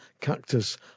Cactus